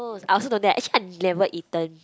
I also don't dare actually I never eaten